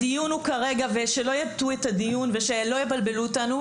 הדיון הוא כרגע ושלא יטעו את הדיון ושלא יבלבלו אותנו,